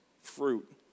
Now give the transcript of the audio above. fruit